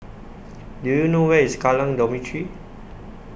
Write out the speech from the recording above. Do YOU know Where IS Kallang Dormitory